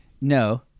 No